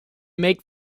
make